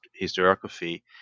historiography